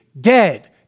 Dead